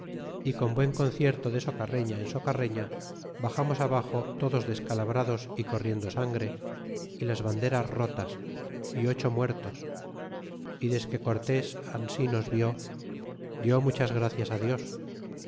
y con buen concierto de soearrefía en socarreña baxamos abaxo todos descalabrados y corriendo sangre y las banderas rotas y ocho muertos y desque cortés ansi nos vió dió muchas gracias á dios